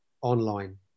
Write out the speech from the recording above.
online